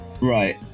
right